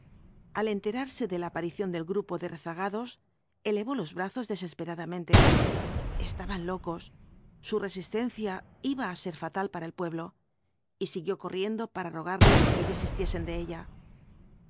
al enterarse de la aparición del grupo de rezagados elevó los brazos desesperadamente estaban locos su resistencia iba á ser fatal para el pueblo y siguió corriendo para rogarles que desistiesen de ella